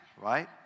right